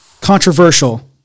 controversial